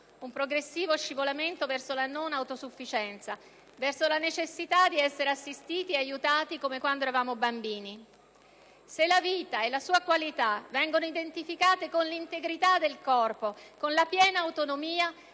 un progressivo scivolamento verso la non autosufficienza, verso la necessità di essere assistiti e aiutati come quando eravamo bambini. Se la vita e la sua qualità vengono identificate con l'integrità del corpo, con la piena autonomia,